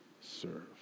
serve